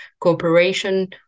cooperation